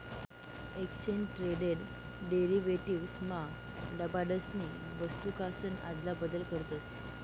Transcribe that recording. exchange traded derivatives मा लबाडसनी वस्तूकासन आदला बदल करतस